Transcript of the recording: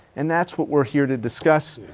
and that's what we're here to discuss.